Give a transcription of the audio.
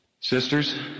Sisters